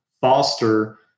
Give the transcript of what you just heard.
foster